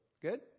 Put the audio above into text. Good